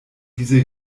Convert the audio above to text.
diese